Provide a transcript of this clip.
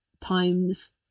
times